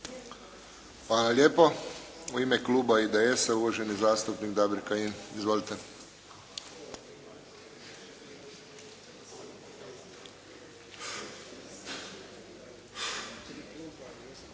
Hvala lijepo. U ime kluba IDS-a, uvaženi zastupnik Damir Kajin. Izvolite.